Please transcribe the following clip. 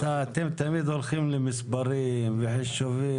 --- אתם תמיד הולכים למספרים וחישובים.